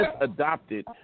adopted